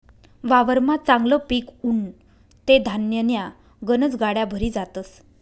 वावरमा चांगलं पिक उनं ते धान्यन्या गनज गाड्या भरी जातस